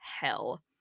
hell